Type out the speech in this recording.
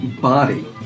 body